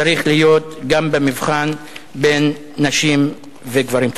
צריך להיות גם במבחן בין נשים וגברים.